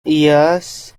yes